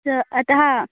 स अतः